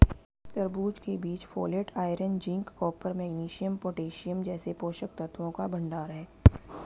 तरबूज के बीज folate, iron, zinc, copper, magnesium, potassium जैसे पोषक तत्वों का भंडार है